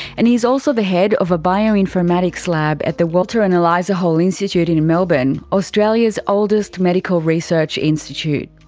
and he's also the head of a bioinformatics lab at the walter and eliza hall institute in melbourne, australia's oldest medical research institute.